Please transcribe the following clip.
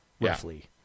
roughly